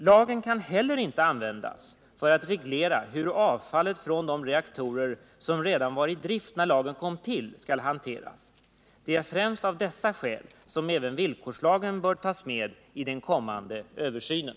Lagen kan inte heller användas för att reglera hur avfallet från de reaktorer som redan var i drift när lagen kom till skall hanteras. Det är främst av dessa skäl som även villkorslagen bör tas med i den kommande översynen.